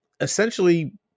essentially